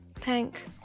thank